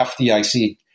FDIC –